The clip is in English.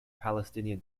palestinian